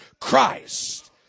Christ